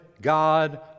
God